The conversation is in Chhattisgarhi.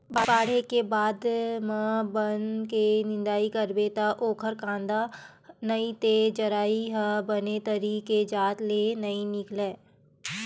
बाड़हे के बाद म बन के निंदई करबे त ओखर कांदा नइ ते जरई ह बने तरी के जात ले नइ निकलय